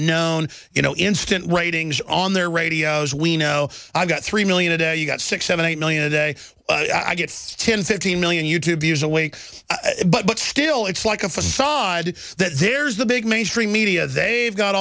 known you know instant ratings on their radios we know i got three million a day you got six seven eight million a day i get ten fifteen million you tube views awake but still it's like a faade that there's the big mainstream media they've got